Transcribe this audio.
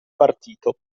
partito